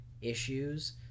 issues